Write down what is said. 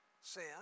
sin